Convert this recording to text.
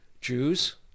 Jews